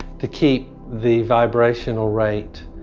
to keep the vibrational rate